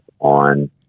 on